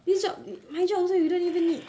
this job my job also you don't even need